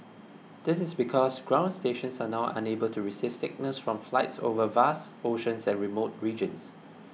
this is because ground stations are now unable to receive signals from flights over vast oceans and remote regions